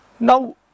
Now